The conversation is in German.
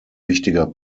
wichtiger